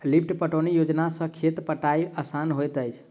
lift पटौनी योजना सॅ खेत पटायब आसान होइत अछि